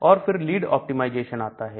और फिर lead optimization आता है